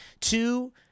Two